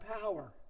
power